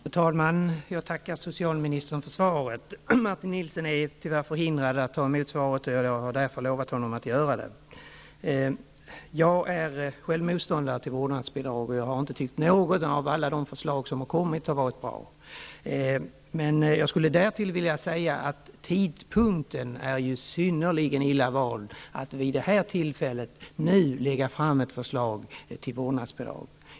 Fru talman! Jag tackar socialministern för svaret. Martin Nilsson är tyvärr förhindrad att ta emot svaret, och jag har därför lovat honom att göra det. Jag är själv motståndare till vårdnadsbidrag, och jag har inte tyckt att något av alla de förslag som har kommit har varit bra. Jag skulle därtill vilja säga att tidpunkten är synnerligen illa vald för att lägga fram ett förslag till vårdnadsbidrag.